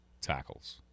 tackles